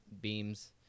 beams